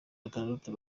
batandatu